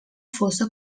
fossa